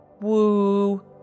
Woo